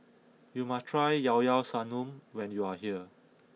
you must try Llao Llao Sanum when you are here